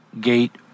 Gate